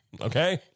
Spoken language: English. Okay